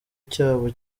cyabo